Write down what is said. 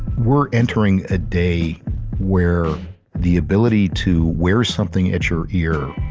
we're entering a day where the ability to wear something at your ear,